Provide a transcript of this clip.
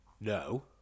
No